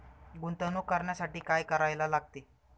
गुंतवणूक करण्यासाठी काय करायला लागते?